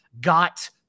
got